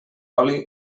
oli